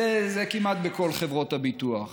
זה כמעט בכל חברות הביטוח.